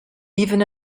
even